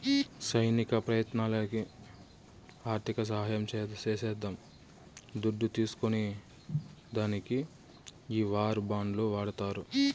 సైనిక ప్రయత్నాలకి ఆర్థిక సహాయం చేసేద్దాం దుడ్డు తీస్కునే దానికి ఈ వార్ బాండ్లు వాడతారు